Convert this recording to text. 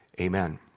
Amen